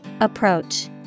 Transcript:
Approach